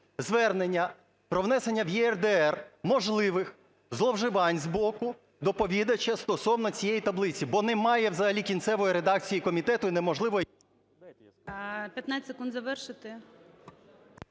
звернення про внесення в ЄРДР можливих зловживань з боку доповідача стосовно цієї таблиці, бо немає взагалі кінцевої редакції комітету і неможливо... ГОЛОВУЮЧИЙ. 15 секунд завершити.